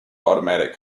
automatic